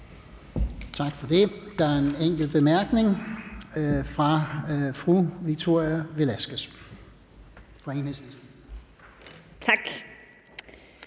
Tak for det. Der er en enkelt kort bemærkning fra Victoria Velasquez